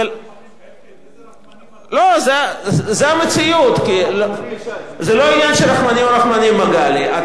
איזה רחמנים, אלקין, איזה רחמנים אתם.